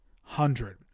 hundred